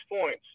points